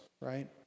right